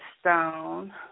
stone